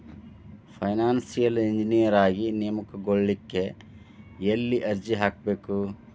Financial engineer ಆಗಿ ನೇಮಕಗೊಳ್ಳಿಕ್ಕೆ ಯೆಲ್ಲಿ ಅರ್ಜಿಹಾಕ್ಬೇಕು?